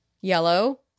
Yellow